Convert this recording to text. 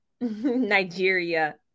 Nigeria